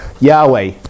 Yahweh